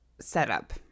Setup